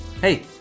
Hey